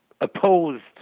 opposed